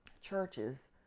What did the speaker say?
churches